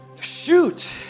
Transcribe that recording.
shoot